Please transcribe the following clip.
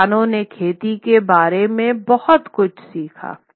किसानों ने खेती के बारे में बहुत कुछ सीखा